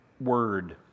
word